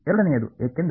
ಎರಡನೆಯದು ಏಕೆಂದರೆ